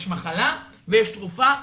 יש מחלה ויש תרופה,